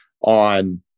on